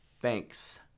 Thanks